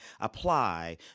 apply